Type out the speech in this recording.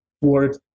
word